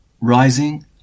Rising